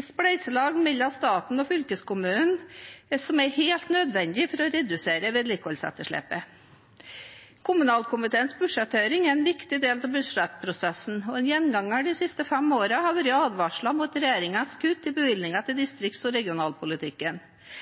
et spleiselag mellom staten og fylkeskommunene som er helt nødvendig for å redusere vedlikeholdsetterslepet. Kommunalkomiteens budsjetthøring er en viktig del av budsjettprosessen. En gjenganger de siste fem årene har vært advarsler mot regjeringens kutt i bevilgninger til distrikts- og regionalpolitikken.